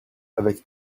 avec